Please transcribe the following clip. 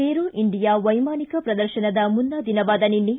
aero India ವೈಮಾನಿಕ ಪ್ರದರ್ಶನದ ಮುನ್ನಾ ದಿನವಾದ ನಿನ್ನೆ